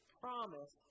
promise